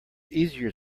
easier